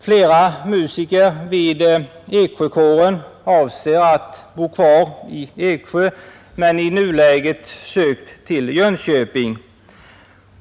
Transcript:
Flera musiker vid Eksjökåren avser att bo kvar i Eksjö men har i nuläget sökt till Jönköping.